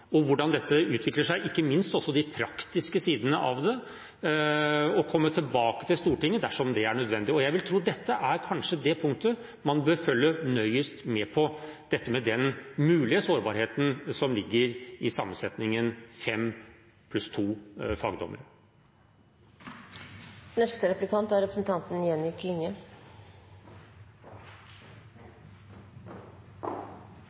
på hvordan dette utvikler seg, ikke minst også de praktiske sidene ved det, og komme tilbake til Stortinget dersom det er nødvendig. Jeg vil tro dette kanskje er det punktet man bør følge nøyest med på: den mulige sårbarheten som ligger i sammensetningen fem lekdommere pluss to fagdommere. Eg beit meg merkje i noko som representanten